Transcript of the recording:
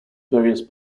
various